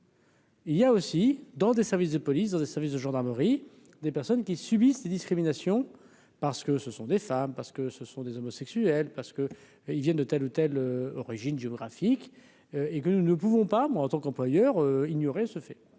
Il y a aussi dans des services de police dans des services de gendarmerie, des personnes qui subissent les discriminations parce que ce sont des femmes, parce que ce sont des homosexuels parce que ils viennent de telle ou telle origine géographique et que nous ne pouvons pas moi en tant qu'employeur ignorer ce fait,